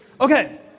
Okay